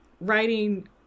writing